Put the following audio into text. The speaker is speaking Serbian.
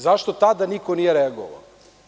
Zašto tada niko nije reagovao?